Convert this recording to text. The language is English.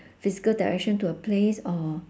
physical direction to a place or